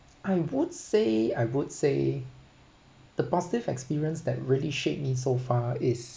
I would say I would say the positive experience that really shaped me so far is